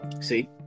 See